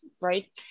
right